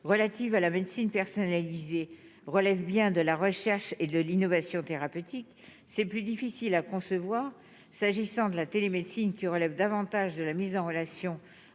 relatives à la médecine personnalisée, relève bien de la recherche et de l'innovation thérapeutique, c'est plus difficile à concevoir, s'agissant de la télémédecine qui relève davantage de la mise en relation